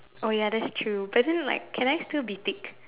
oh ya that's true but then like can I still be thick